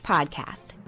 Podcast